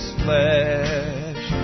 flesh